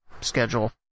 schedule